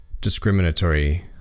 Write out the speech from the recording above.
discriminatory